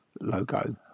logo